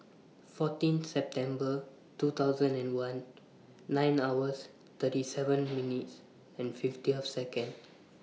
fourteen September two thousand and one nine hours thirty seven minutes fifty of Seconds